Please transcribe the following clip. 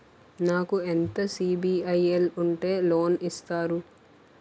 నాకు ఎంత సిబిఐఎల్ ఉంటే లోన్ ఇస్తారు?